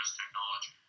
technology